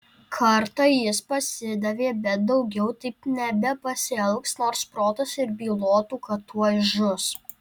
kartą jis pasidavė bet daugiau taip nebepasielgs nors protas ir bylotų kad tuoj žus